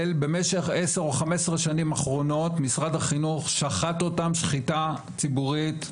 אני קודם כל אתחיל עם משהו שאני חושב שהוא ברור גם,